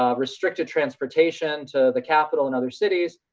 um restricted transportation to the capital and other cities.